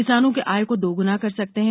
किसानों की आय को दोगुना कर सकते है